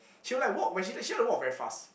she would like walk when she like to walk very fast